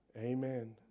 Amen